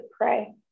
pray